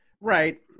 Right